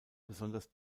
besonders